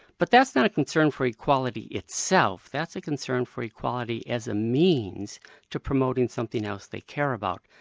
but that's not concern for equality itself, that's a concern for equality as a means to promoting something else they care about.